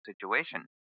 situation